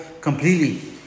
completely